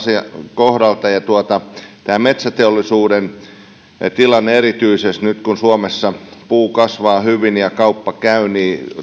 kohdalta ja metsäteollisuuden tilanteessa erityisesti nyt kun suomessa puu kasvaa hyvin ja kauppa käy